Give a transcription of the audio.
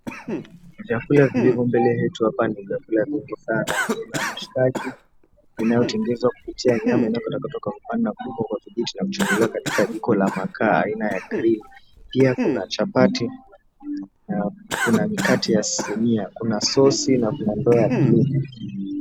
Vyakula vilivyo mbele yetu hapa ni vyakula vingi sana kuna mishikaki inayotengenezwa kupitia nyama inayokatwakatwa kwa vipande na kutupwa kwa vijiti na kuchomelewa katika jiko la makaa aina ya grili, pia kuna chapati na kuna mikate ya sinia kuna sosi na kuna ndoo ya bluu.